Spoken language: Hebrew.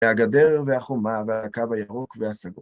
והגדר והחומה והקו הירוק והסגור.